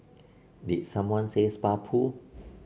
did someone say spa pool